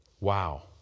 wow